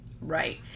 right